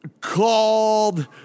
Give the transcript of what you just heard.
called